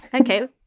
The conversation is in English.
Okay